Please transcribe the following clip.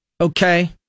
okay